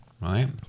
right